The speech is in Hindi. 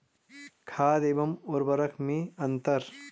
खाद एवं उर्वरक में अंतर?